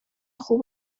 خوب